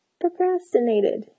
procrastinated